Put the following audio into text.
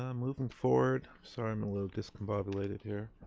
um moving forward. sorry, i'm a little discombobulated here.